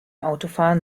autofahren